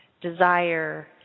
desire